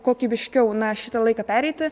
kokybiškiau na šitą laiką pereiti